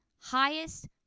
highest